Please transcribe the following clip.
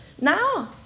Now